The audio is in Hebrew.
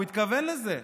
הוא התכוון לזה.